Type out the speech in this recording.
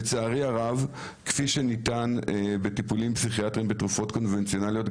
כפי שניתן בטיפולים פסיכיאטריים ובתרופות קונבנציונליות,